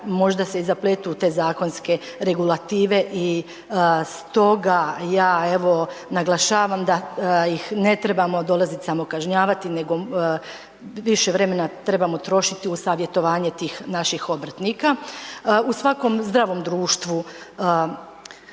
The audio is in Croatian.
možda se i zapletu u te zakonske regulative i stoga ja evo naglašavam da ih ne trebamo dolaziti samo kažnjavati nego više vremena trebamo trošiti u savjetovanje tih naših obrtnika. U svakom zdravom društvu